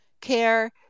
care